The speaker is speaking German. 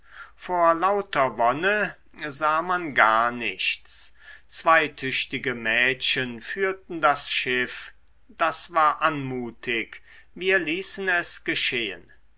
vor lauter wonne sah man gar nichts zwei tüchtige mädchen führten das schiff das war anmutig wir ließen es geschehen